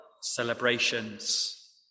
celebrations